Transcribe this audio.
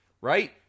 right